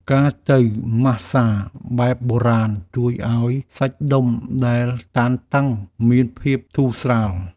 ការទៅម៉ាស្សាបែបបុរាណ ជួយឱ្យសាច់ដុំដែលតានតឹងមានភាពធូរស្រាល។